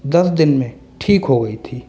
दस दिन में ठीक हो गई थी